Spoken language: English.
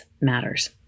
matters